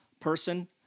person